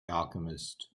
alchemist